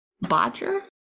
bodger